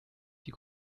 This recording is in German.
die